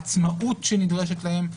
העצמאות שנדרשת להם?